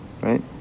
right